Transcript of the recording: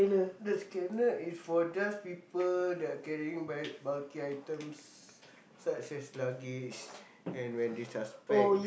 the scanner is for just people that carrying bul~ bulky items such as luggage and when they suspect